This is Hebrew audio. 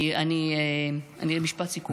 משפט סיכום.